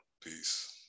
Peace